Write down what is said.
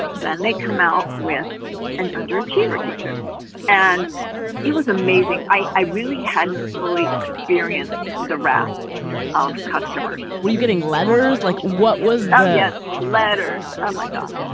then they come out with an underachiever t-shirt and it was amazing. i really hadn't fully experienced the wrath of customers. were you getting letters like what was your yeah letter oh my gosh.